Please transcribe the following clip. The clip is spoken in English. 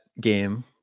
game